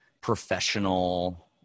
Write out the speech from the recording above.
professional